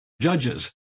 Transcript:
judges